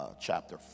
chapter